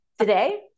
Today